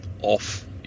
off